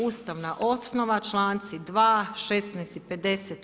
Ustavna osnova, članci 2., 16. i 50.